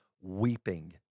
weeping